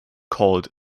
called